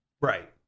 Right